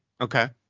Okay